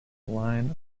line